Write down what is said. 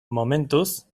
momentuz